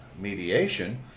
mediation